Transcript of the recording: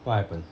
what happen